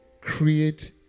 create